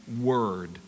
word